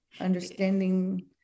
understanding